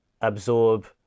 absorb